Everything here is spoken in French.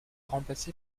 remplacé